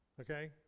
okay